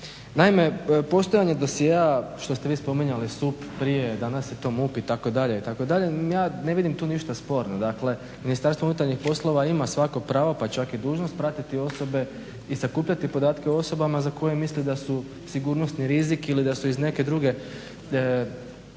Naime, postojanje dosjea što ste vi spominjali SUP prije, danas je to MUP itd., ja ne vidim tu ništa sporno. Dakle Ministarstvo unutarnjih poslova ima svako pravo pa čak i dužnost pratiti osobe i sakupljati podatke o osobama za koje misli da su sigurnosni rizik ili da su iz nekog drugog